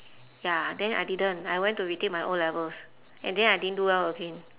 ya then I didn't I went to retake my O-levels and then I didn't do well again